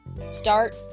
start